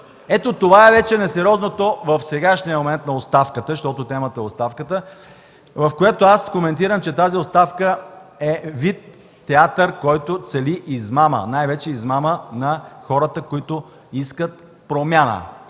Ето това е вече несериозното в сегашния момент на оставката, защото темата е оставката. Аз коментирам, че тази оставка е вид театър, който цели измама – най-вече измама на хората, които искат промяна.